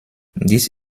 dies